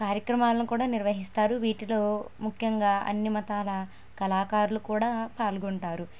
కార్యక్రమాలను కూడా నిర్వహిస్తారు వీటిలో ముఖ్యంగా అన్నీ మతాల కళాకారులు కూడా పాల్గొంటారు